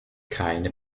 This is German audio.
keine